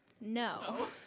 no